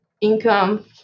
income